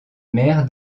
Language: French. mère